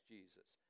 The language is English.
Jesus